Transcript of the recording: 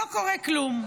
לא קורה כלום.